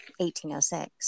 1806